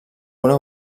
una